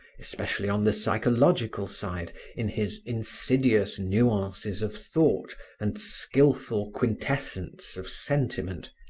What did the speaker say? especially on the psychological side, in his insidious nuances of thought and skilful quintessence of sentiment,